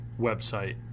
website